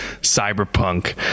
cyberpunk